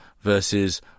versus